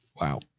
Wow